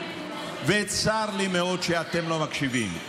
וצר לי מאוד שאתם לא מקשיבים,